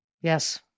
Yes